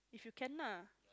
if you can ah